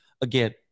again